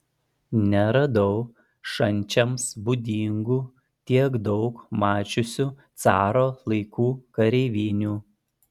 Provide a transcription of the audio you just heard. neradau šančiams būdingų tiek daug mačiusių caro laikų kareivinių